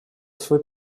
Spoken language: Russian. свой